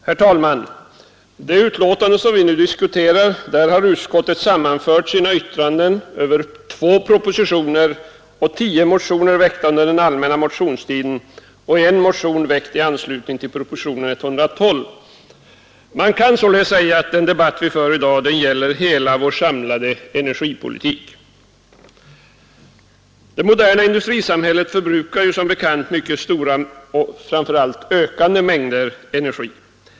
Herr talman! I det betänkande som vi nu diskuterar har utskottet sammanfört sina yttranden över två propositioner och tio motioner, väckta under den allmänna motionstiden, samt en motion, väckt i anslutning till propositionen 112. Man kan således säga att den debatt vi för i dag gäller hela vår samlade energipolitik. Det moderna industrisamhället förbrukar som bekant mycket stora och framför allt ökande mängder energi.